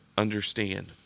understand